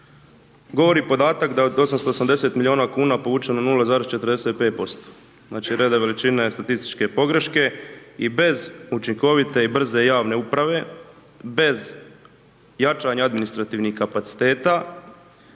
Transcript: govori podatak da je od 880 milijuna kuna povučeno 0,45%, znači, reda veličine statističke pogreške i bez učinkovite i brze javne uprave, bez jačanja administrativnih kapaciteta,